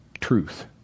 Truth